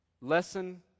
lesson